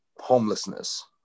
homelessness